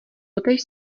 totéž